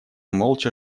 молча